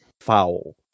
foul